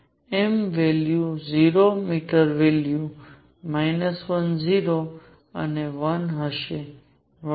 m value 0 meter value 1 0 અને 1 હશે વગેરે